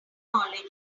knowledge